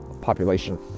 population